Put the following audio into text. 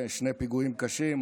שני פיגועים קשים,